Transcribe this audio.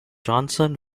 johnson